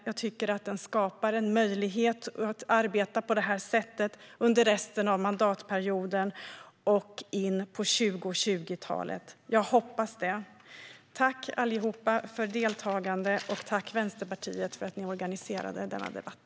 Jag tycker att den skapar en möjlighet att arbeta på detta sätt under resten av mandatperioden och in på 2020-talet. Jag hoppas det. Tack till alla för deltagandet, och tack till Vänsterpartiet för att ni tog initiativet till denna debatt.